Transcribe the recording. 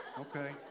Okay